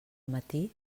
matí